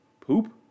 poop